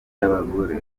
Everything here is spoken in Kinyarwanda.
y’abagore